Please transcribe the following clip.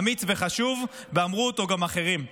אמיץ וחשוב, ואמרו אותו גם אחרים.